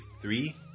three